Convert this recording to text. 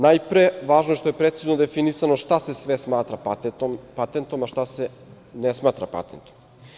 Najpre, važno je što je precizno definisano šta se sve smatra patentom, a šta se ne smatra patentom.